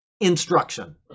instruction